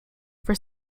for